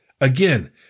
Again